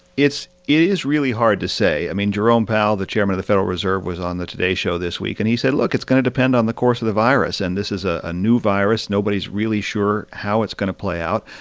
it's it is really hard to say. i mean, jerome powell, the chairman of the federal reserve, was on the today show this week. and he said, look, it's going to depend on the course of the virus. and this is a ah new virus. nobody's really sure how it's going to play out.